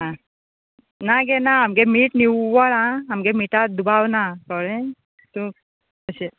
आं ना गे ना आमगे मीठ निव्वळ आं आमगे मिठा दुबाव ना कळ्ळें तूं अशें